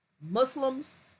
Muslims